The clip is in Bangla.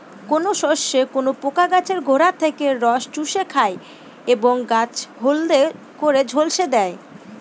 কোন শস্যে কোন পোকা গাছের গোড়া থেকে রস চুষে খায় এবং গাছ হলদে করে ঝলসে দেয়?